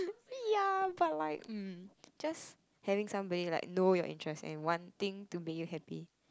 ya but like mm just having somebody know your interest and wanting to make you happy